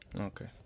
Okay